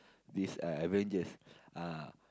this uh avengers ah